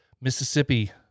Mississippi